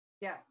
Yes